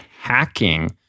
hacking